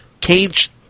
Cage